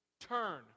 Turn